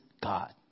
God